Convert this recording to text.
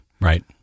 Right